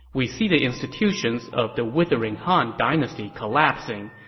we see the institutions of the withering han dynasty collapsing,